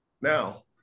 Now